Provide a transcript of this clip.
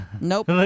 Nope